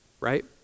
right